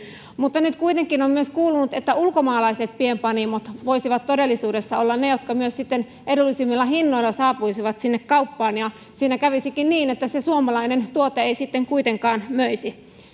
mutta nyt kuitenkin on myös kuulunut että ulkomaalaiset pienpanimot voisivat todellisuudessa olla ne jotka myös sitten edullisemmilla hinnoilla saapuisivat sinne kauppaan ja siinä kävisikin niin että se suomalainen tuote ei sitten kuitenkaan myisi